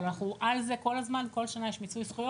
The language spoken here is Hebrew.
אנחנו על זה כל הזמן, ובכל שנה יש מיצוי זכויות,